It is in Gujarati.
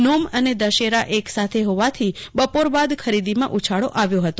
નોમ અને દરોરા એક સાથે હોવાથી બપોર બાદ ખરીદીમાં ઉછાવો આવ્યો હતો